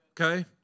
Okay